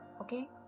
Okay